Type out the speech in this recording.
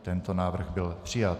Tento návrh byl přijat.